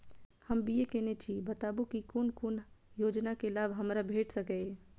हम बी.ए केनै छी बताबु की कोन कोन योजना के लाभ हमरा भेट सकै ये?